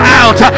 out